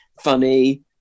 funny